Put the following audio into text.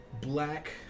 black